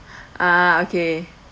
ah okay